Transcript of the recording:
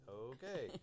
okay